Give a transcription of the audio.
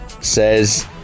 says